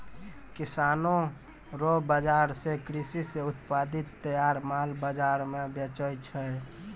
किसानो रो बाजार से कृषि से उत्पादित तैयार माल बाजार मे बेचै छै